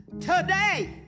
Today